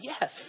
yes